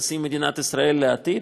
נשיא מדינת ישראל לעתיד,